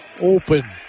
open